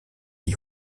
die